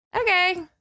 okay